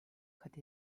kat